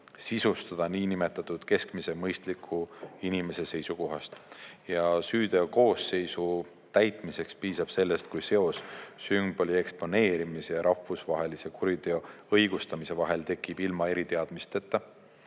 sisustada niinimetatud keskmise mõistliku inimese seisukohast. Ja süüteokoosseisu täitmiseks piisab sellest, kui seos sümboli eksponeerimise ja rahvusvahelise kuriteo õigustamise vahel tekib ilma eriteadmisteta,